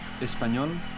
Español